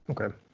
Okay